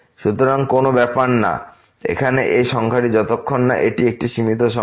সুতরাং কোন ব্যাপার না এখানে এই সংখ্যাটি যতক্ষণ না এটি একটি সীমিত সংখ্যা